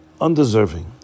undeserving